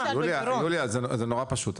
יוליה, זה נורא פשוט.